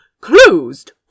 closed